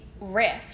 rift